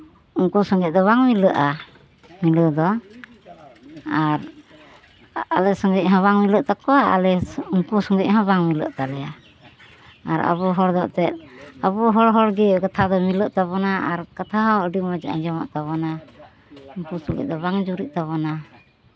ᱩᱱᱠᱩ ᱥᱚᱸᱜᱮ ᱫᱚ ᱵᱟᱝ ᱢᱤᱞᱟᱹᱜᱼᱟ ᱢᱤᱞᱟᱹᱣ ᱫᱚ ᱟᱨ ᱟᱞᱮ ᱥᱚᱸᱜᱮᱜ ᱦᱚᱸ ᱵᱟᱝ ᱢᱤᱞᱟᱹᱜ ᱛᱟᱠᱚᱣᱟ ᱟᱞᱮ ᱩᱱᱠᱩ ᱥᱚᱸᱜᱮ ᱦᱚᱸ ᱵᱟᱝ ᱢᱤᱞᱟᱹᱜ ᱛᱟᱞᱮᱭᱟ ᱟᱨ ᱟᱵᱚ ᱦᱚᱲ ᱫᱚ ᱮᱱᱛᱮᱫ ᱟᱵᱚ ᱦᱚᱲ ᱦᱚᱲ ᱜᱮ ᱠᱟᱛᱷᱟ ᱫᱚ ᱢᱤᱞᱟᱹᱜ ᱛᱟᱵᱚᱱᱟ ᱟᱨ ᱠᱟᱛᱷᱟ ᱦᱚᱸ ᱟᱹᱰᱤ ᱢᱚᱡᱽ ᱟᱸᱡᱚᱢᱚᱜ ᱛᱟᱵᱳᱱᱟ ᱩᱱᱠᱩ ᱥᱚᱸᱜᱮ ᱫᱚ ᱵᱟᱝ ᱡᱩᱨᱤᱜ ᱛᱟᱵᱳᱱᱟ